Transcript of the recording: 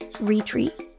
retreat